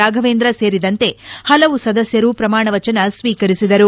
ರಾಫವೇಂದ್ರ ಸೇರಿದಂತೆ ಪಲವು ಸದಸ್ಯರಾಗಿ ಪ್ರಮಾಣ ವಚನ ಸ್ವೀಕರಿಸಿದರು